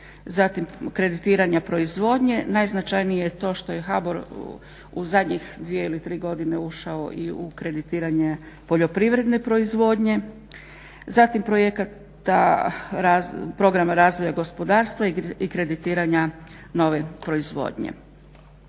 zatim kreditiranja proizvodnje, najznačajnije je to što je HBOR u zadnjih dvije ili tri godine ušao i u kreditiranje poljoprivredne proizvodnje, zatim projekata programa razvoja gospodarstva i kreditiranja nove proizvodnje.